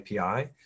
API